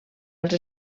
als